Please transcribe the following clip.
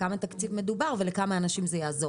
בכמה תקציב מדובר ולכמה אנשים זה יעזור?